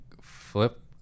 flip